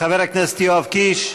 חבר הכנסת יואב קיש,